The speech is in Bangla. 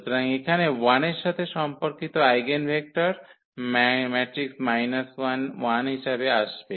সুতরাং এখানে 1 এর সাথে সম্পর্কিত আইগেনভেক্টর হিসাবে আসবে